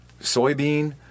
soybean